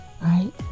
right